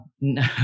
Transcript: No